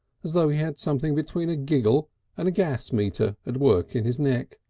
as though he had something between a giggle and a gas-meter at work in his neck.